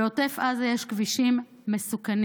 בעוטף עזה יש כבישים מסוכנים,